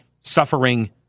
suffering